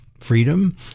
freedom